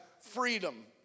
freedom